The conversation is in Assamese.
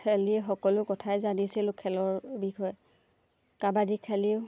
খেলি সকলো কথাই জানিছিলোঁ খেলৰ বিষয়ে কাবাডী খেলিও